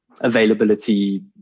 availability